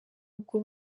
ubwo